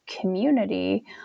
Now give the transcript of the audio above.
community